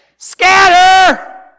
Scatter